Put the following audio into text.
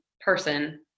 person